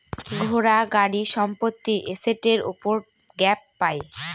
ঘোড়া, গাড়ি, সম্পত্তি এসেটের উপর গ্যাপ পাই